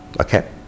okay